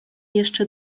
jeszcze